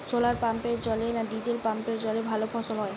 শোলার পাম্পের জলে না ডিজেল পাম্পের জলে ভালো ফসল হয়?